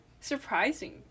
surprising